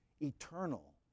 eternal